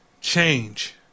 change